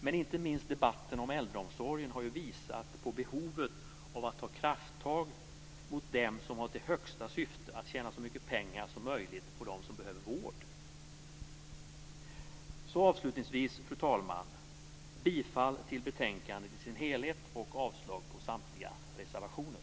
Men inte minst debatten om äldreomsorgen har ju visat på behovet av att ta krafttag mot dem som har till högsta syfte att tjäna så mycket pengar som möjligt på dem som behöver vård. Fru talman! Avslutningsvis vill jag yrka bifall till hemställan i betänkandet i dess helhet och avslag på samtliga reservationer.